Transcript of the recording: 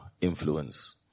influence